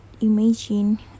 imagine